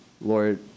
Lord